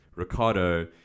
Ricardo